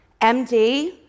MD